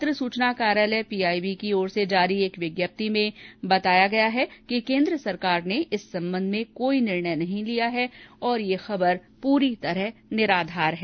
पत्र सूचना कार्यालय पीआईबी की ओर से जारी एक विज्ञप्ति में कहा गया हैं कि केन्द्र सरकार ने इस संबंध में कोई निर्णय नहीं लिया है और यह खबर पूरी तरह निराधार है